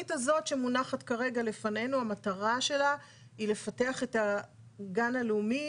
התכנית הזאת שמונחת כרגע לפנינו המטרה שלה היא לפתח את הגן הלאומי,